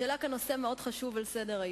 שהעלה כאן נושא מאוד חשוב על סדר-היום,